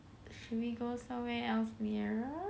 should we somewhere else near